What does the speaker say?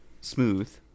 Smooth